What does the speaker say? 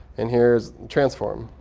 and here's transform.